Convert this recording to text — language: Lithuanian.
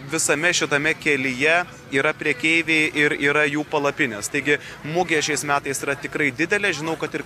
visame šitame kelyje yra prekeiviai ir yra jų palapinės taigi mugė šiais metais yra tikrai didelė žinau kad ir